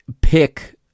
pick